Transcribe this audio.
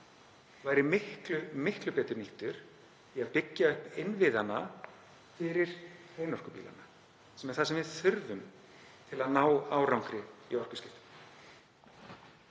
væri miklu betur nýttur í að byggja upp innviði fyrir hreinorkubíla, sem er það sem við þurfum til að ná árangri í orkuskiptum.